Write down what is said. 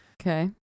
Okay